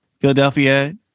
Philadelphia